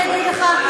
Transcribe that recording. עוד פעם אני אגיד לך,